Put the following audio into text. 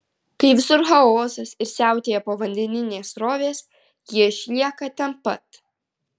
kai visur chaosas ir siautėja povandeninės srovės jie išlieka ten pat